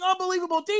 unbelievable